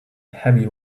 heavy